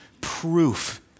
proof